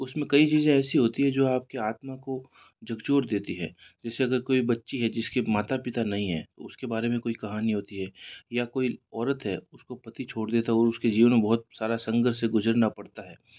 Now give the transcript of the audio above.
उसमें कई चीज़ें ऐसी होती है जो आपकी आत्मा को झकजोर देती है जैसे अगर कोई बच्ची है जिसके माता पिता नहीं है उसके बारे में कोई कहानी होती है या कोई औरत है उसका पति छोड़ देता हो उसके जीवन में बहुत सारा संघर्ष से गुजरना पड़ता है